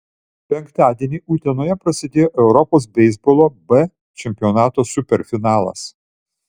penktadienį utenoje prasidėjo europos beisbolo b čempionato superfinalas